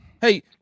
Hey